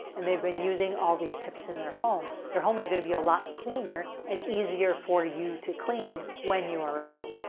and they've been using all these tips in their home, their home is going to be a lot cleaner and easier for you to clean when you arrive.